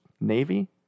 Navy